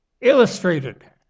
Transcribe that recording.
illustrated